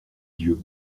dieu